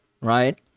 right